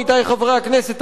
עמיתי חברי הכנסת,